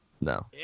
No